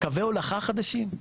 קווי הולכה חדשים?